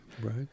Right